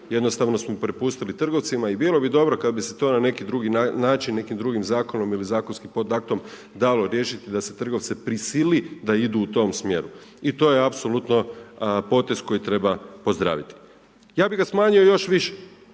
jednostavno smo prepustili trgovcima i bilo bi dobro kada bi se to na neki drugi način i nekim drugim zakonom ili zakonskim podaktom dalo riješiti da se trgovce prisili da idu u tom smjeru. I to je apsolutno potez koji treba pozdraviti. Ja bih ga smanjio još više,